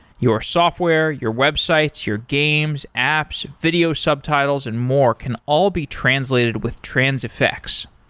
your software, your websites, your games, apps, video subtitles and more can all be translated with transifex.